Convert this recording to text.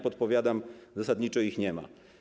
Podpowiadam: zasadniczo ich nie ma.